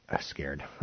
scared